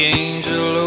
angel